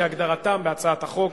כהגדרתם בהצעת החוק,